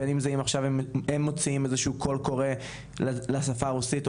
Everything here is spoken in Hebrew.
בין אם זה להוציא קול קורא לשפה הרוסית,